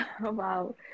Wow